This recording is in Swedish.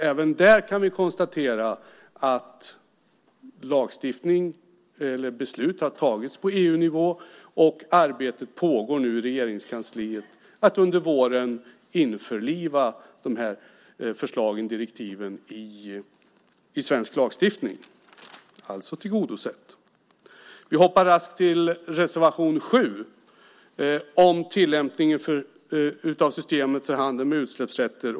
Även där kan vi konstatera att beslut har tagits på EU-nivå. Arbetet med att införliva dessa direktiv i svensk lagstiftning under våren pågår nu i Regeringskansliet. Det innebär att detta alltså är tillgodosett. Vi hoppar raskt vidare till reservation 7 om tillämpning av systemet för handel med utsläppsrätter.